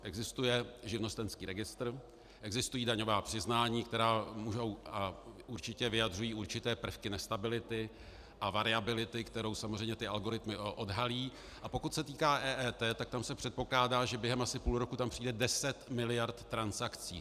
Existuje živnostenský registr, existují daňová přiznání, která můžou a určitě vyjadřují určité prvky nestability a variability, kterou samozřejmě ty algoritmy odhalí, a pokud se týká EET, tak tam se předpokládá, že během asi půl roku tam přijde deset miliard transakcí.